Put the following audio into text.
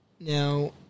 Now